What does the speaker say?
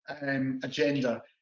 agenda